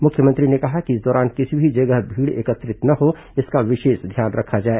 मुख्यमंत्री ने कहा कि इस दौरान किसी भी जगह भीड़ एकत्र न हो इसका विशेष ध्यान रखा जाए